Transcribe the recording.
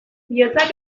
bihotzak